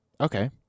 Okay